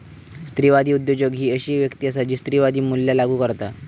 स्त्रीवादी उद्योजक ही अशी व्यक्ती असता जी स्त्रीवादी मूल्या लागू करता